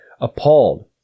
appalled